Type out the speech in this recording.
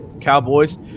Cowboys